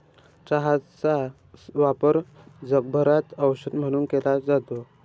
चहाचा वापर जगभरात औषध म्हणून केला जातो